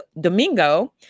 Domingo